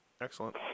Excellent